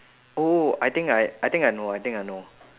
oh I think I I think I know I think I know